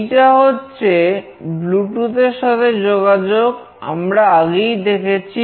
এইটা হচ্ছে ব্লুটুথ এর সাথে করেছি